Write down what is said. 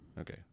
Okay